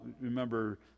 remember